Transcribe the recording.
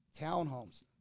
townhomes